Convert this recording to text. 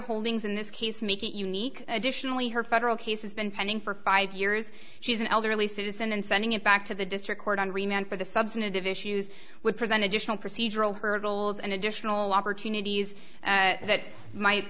holdings in this case make it unique additionally her federal case has been pending for five years she's an elderly citizen and sending it back to the district court on remained for the substantive issues would present additional procedural hurdles and additional opportunities that might